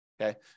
okay